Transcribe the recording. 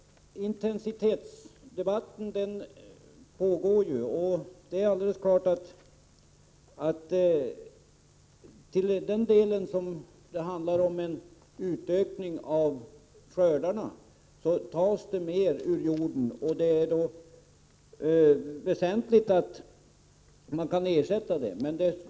Herr talman! Intensitetsdebatten pågår ju. Det är alldeles klart att till den del som det handlar om en ökning av skördarna tas det mer ur jorden. Det är väsentligt att ersätta detta.